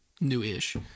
new-ish